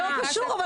לא קשור,